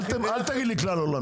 אל תגיד לי כלל עולמי.